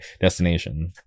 destination